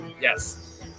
Yes